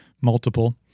multiple